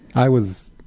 i was,